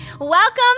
welcome